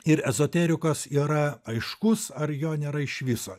ir ezoterikos yra aiškus ar jo nėra iš viso